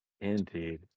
Indeed